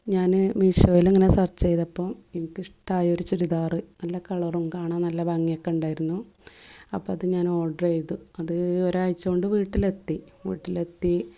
ഞാന് മീഷോയിൽ ഇങ്ങനെ സെർച്ച് ചെയ്തപ്പോൾ എനിക്കിഷ്ടമായ ഒരു ചുരിദാറ് നല്ല കളറും കാണാൻ നല്ല ഭംഗിയൊക്കെ ഉണ്ടായിരുന്നു അപ്പോൾ അത് ഞാന് ഓർഡർ ചെയ്തു അത് ഒരാഴ്ച കൊണ്ട് വീട്ടിലെത്തി വീട്ടിലെത്തി